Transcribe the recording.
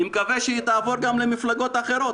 אני מקווה שהיא תעבור גם למפלגות אחרות.